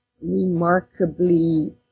remarkably